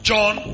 John